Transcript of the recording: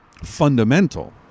fundamental